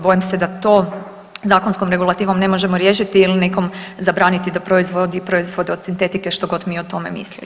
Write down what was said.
Bojim se da to zakonskom regulativom ne možemo riješiti ili nekom zabraniti da proizvodi proizvode od sintetike što god mi o tome mislili.